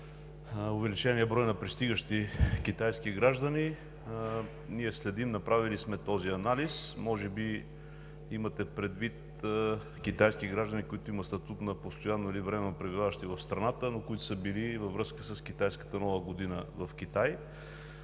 увеличения брой на пристигащи китайски граждани ние следим и сме направили този анализ. Може би имате предвид китайските граждани, които имат статут на постоянно или временно пребиваващи в страната, но които са били в Китай, във връзка с китайската Нова година? Да,